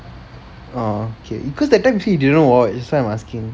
oh okay because that time you say you didn't watch that's why I'm asking